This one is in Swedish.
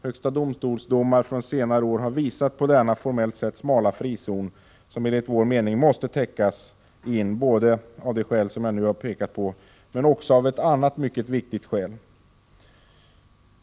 Högsta domstolsdomar från senare år har visat på denna formellt sett smala frizon, som enligt vår mening måste täckas in, både av det skäl som jag nu har pekat på men också av ett annat mycket viktigt skäl.